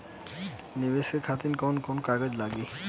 नीवेश करे खातिर कवन कवन कागज लागि?